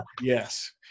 Yes